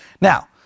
Now